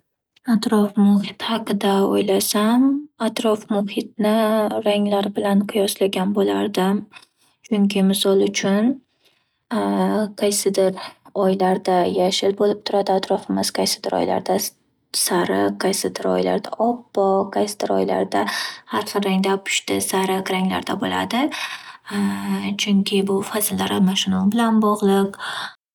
Atrof muhit haqida o’ylasam, atrof- muhitni ranglar bilan qiyoslagan bo’lardim, chunki misol uchun qaysidir oylarda yashil bo’lib turadi atrofimiz qaysidir oylarda sariq qaysidir oylardarda oppoq qaysidir oylarda xar xil rangda push sariq ranglarda bo’ladi. Chunki bu fasllar almashinuvi bilan bog’liq.